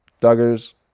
Duggars